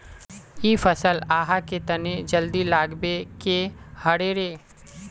इ फसल आहाँ के तने जल्दी लागबे के रहे रे?